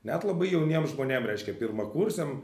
net labai jauniem žmonėm reiškia pirmakursiam